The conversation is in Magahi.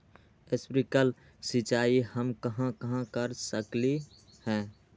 स्प्रिंकल सिंचाई हम कहाँ कहाँ कर सकली ह?